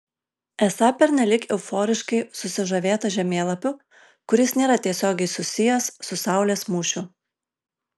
esą pernelyg euforiškai susižavėta žemėlapiu kuris nėra tiesiogiai susijęs su saulės mūšiu